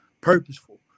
purposeful